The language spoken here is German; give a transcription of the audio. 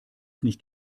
nicht